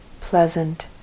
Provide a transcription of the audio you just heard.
pleasant